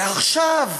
ועכשיו,